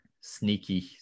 sneaky